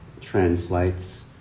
translates